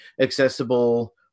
accessible